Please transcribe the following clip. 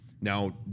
Now